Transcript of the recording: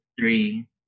three